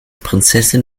prinzessin